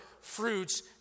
fruits